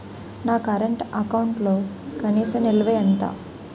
నా కరెంట్ అకౌంట్లో కనీస నిల్వ ఎంత?